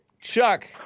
Chuck